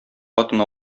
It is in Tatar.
атына